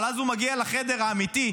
אבל אז הוא מגיע לחדר האמיתי,